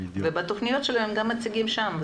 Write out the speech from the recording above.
ובתכניות שלהם גם מציגים שם.